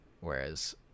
Whereas